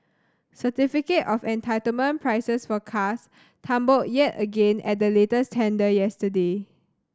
certificate of entitlement prices for cars tumbled yet again at the latest tender yesterday